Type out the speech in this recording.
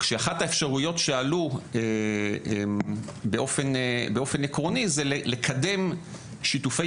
כשאחת האפשרויות שעלו באופן עקרוני זה לקדם שיתופי